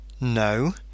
no